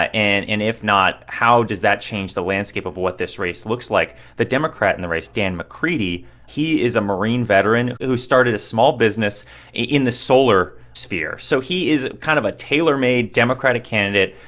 ah and and if not, how does that change the landscape of what this race looks like? the democrat in the race, dan mccready he is a marine veteran who started a small business in the solar sphere. so he is kind of a tailor-made democratic candidate,